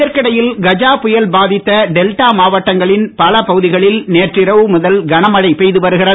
இதற்கிடையில் கஜா புயல் பாதித்த டெல்டா மாவட்டங்களின் பல பகுதிகளில் நேற்றிரவு முதல் கனமழை பெய்து வருகிறது